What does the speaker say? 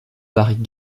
varient